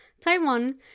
Taiwan